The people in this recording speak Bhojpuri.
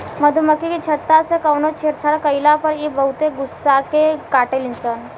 मधुमखी के छत्ता से कवनो छेड़छाड़ कईला पर इ बहुते गुस्सिया के काटेली सन